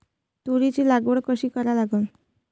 तुरीची लागवड कशी करा लागन?